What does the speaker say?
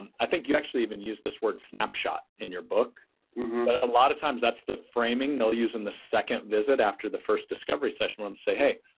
and i think you actually even use this word snapshot in your book, but a lot of times that's the framing they'll use in the second visit after the first discovery session and say, hey,